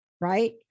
right